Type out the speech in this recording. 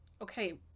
okay